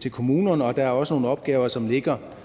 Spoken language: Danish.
til kommunerne, og der er også nogle opgaver, som ligger